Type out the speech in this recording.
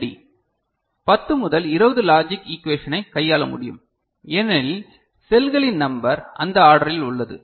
D 10 முதல் 20 logic ஈகுவேஷனை கையாள முடியும் ஏனெனில் செல்களின் நம்பர் அந்த ஆர்டரில் உள்ளது